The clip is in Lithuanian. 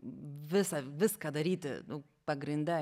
visą viską daryti nu pagrinde